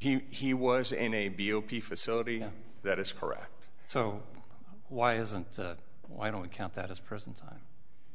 he was in a b o p facility that is correct so why isn't why i don't count that as prison time